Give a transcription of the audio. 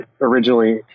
originally